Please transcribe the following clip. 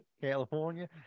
California